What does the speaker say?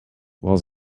was